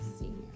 senior